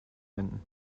enden